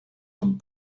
vom